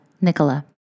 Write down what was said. Nicola